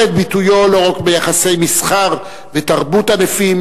את ביטויו לא רק ביחסי מסחר ותרבות ענפים,